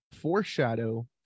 foreshadow